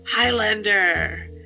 Highlander